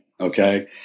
okay